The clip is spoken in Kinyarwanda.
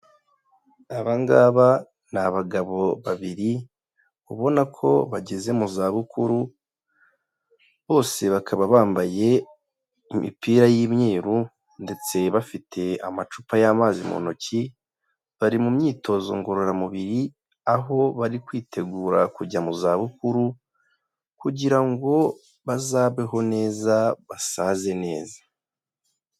Aba ngaba ni abagabo babiri ubona ko bageze mu zabukuru, bose bakaba bambaye imipira y'imyeru ndetse bafite amacupa y'amazi mu ntoki, bari mu myitozo ngororamubiri aho bari kwitegura kujya mu zabukuru kugira ngo bazabeho neza, basaze neza.